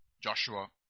Joshua